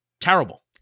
Terrible